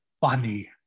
funny